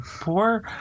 poor